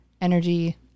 energy